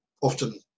often